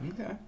Okay